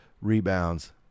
rebounds